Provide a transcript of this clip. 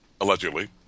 allegedly